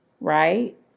Right